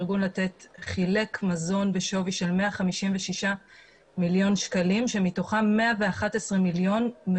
ארגון לתת חילק מזון בשווי של 156 מיליון שקלים מתוכם 111 מיליון שקלים,